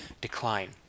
decline